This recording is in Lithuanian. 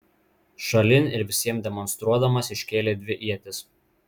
šalin ir visiems demonstruodamas iškėlė dvi ietis